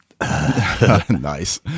nice